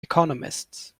economists